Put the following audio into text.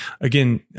again